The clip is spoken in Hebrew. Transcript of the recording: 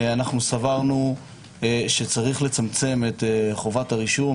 סברנו שצריך לצמצם את חובת הרישום,